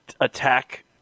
attack